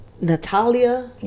Natalia